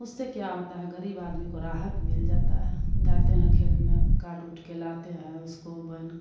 उससे क्या होता है ग़रीब आदमी को राहत मिल जाता है जाते हैं खेत में काट ऊट के लाते हैं उसको बैन